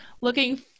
looking